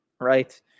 right